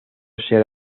ser